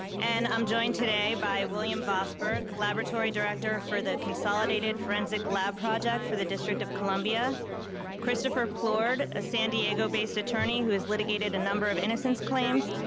and i'm joined today by william vosburgh, laboratory director for the consolidated forensic lab project for the district of columbia christopher plourd, a san diego based attorney who has litigated a number of innocence claims,